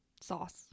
Sauce